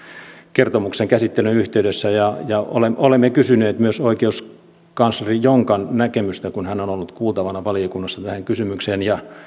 kertomuksen käsittelyn yhteydessä ja ja olemme kysyneet myös oikeuskansleri jonkan näkymystä tähän kysymykseen kun hän on ollut kuultavana valiokunnassa ja